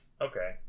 Okay